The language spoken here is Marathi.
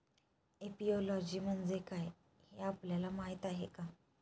एपियोलॉजी म्हणजे काय, हे आपल्याला माहीत आहे का?